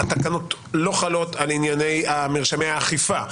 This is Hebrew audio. התקנות לא חלות על ענייני מרשמי האכיפה,